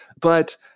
But-